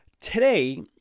Today